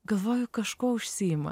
galvoju kažkuo užsiima